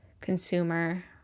consumer